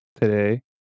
today